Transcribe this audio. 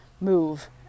move